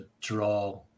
draw